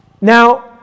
Now